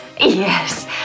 yes